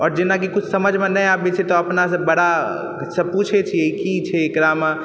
आओर जेनाकि कुछ समझमे नहि आबै छै तऽ अपनासँ बड़ासँ पूछे छियै कि छै एकरामे